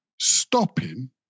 stopping